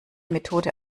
methode